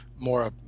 More